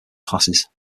classes